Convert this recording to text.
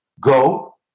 Go